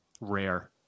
rare